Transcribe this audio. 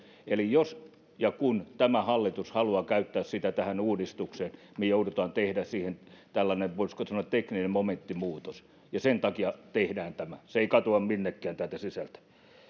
eli jos ja kun tämä hallitus haluaa käyttää sitä tähän uudistukseen niin joudutaan tekemään siihen tällainen voisiko sanoa tekninen momenttimuutos ja sen takia tehdään tämä se ei katoa minnekään täältä sisältä